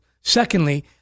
secondly